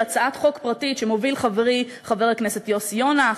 הצעת חוק פרטית שמוביל חברי חבר הכנסת יוסי יונה,